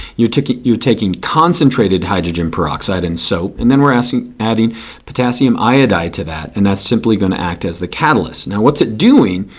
you're taking you're taking concentrated hydrogen peroxide and soap. and then we're adding potassium iodide to that. and that's simply going to act as the catalyst. now what's it doing?